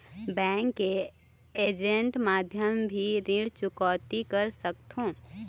Bank के agent माध्यम भी ऋण चुकौती कर सकथों?